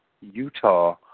Utah